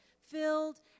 Filled